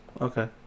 Okay